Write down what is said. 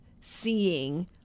seeing